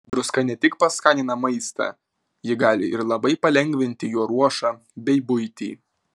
druska ne tik paskanina maistą ji gali ir labai palengvinti jo ruošą bei buitį